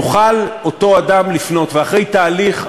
יוכל אותו אדם לפנות, ואחרי תהליך ארוך,